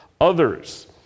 others